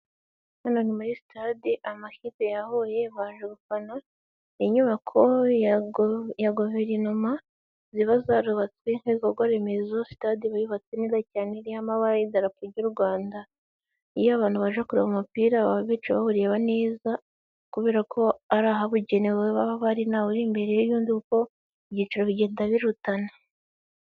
Hano ni muri stade amakipe ya huye baje gufana inyubako ya guverinoma ziba zarubatswe' n'ibikorwa remezo ,sitade yubatse neza cyane irIho amabra y'idarapo ry'u Rwanda. Iyo abantu baje kureba umupira baba bicaye bawureba neza kubera ko ari ahabugenewe baba bari ntawe uri imbere y' undi kuko ibyicaro bigenda birutana.